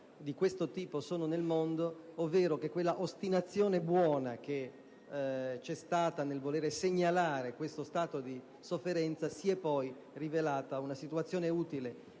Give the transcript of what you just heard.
di questo tipo che vi sono nel mondo, ovvero che quella ostinazione buona che c'è stata nel volere segnalare questo stato di sofferenza si è poi rivelata utile